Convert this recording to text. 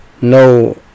no